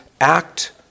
act